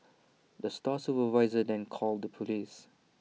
the store supervisor then called the Police